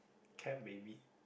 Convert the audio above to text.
cab baby